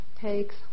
takes